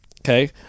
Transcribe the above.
Okay